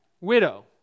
widow